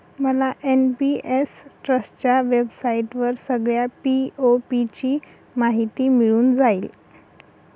मला एन.पी.एस ट्रस्टच्या वेबसाईटवर सगळ्या पी.ओ.पी ची माहिती मिळून जाईल